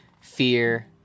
fear